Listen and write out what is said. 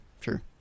sure